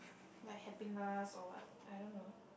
my happiness or what I don't know